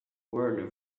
word